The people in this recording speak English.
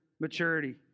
maturity